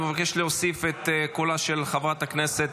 אני מבקש להוסיף את קולה של חברת הכנסת,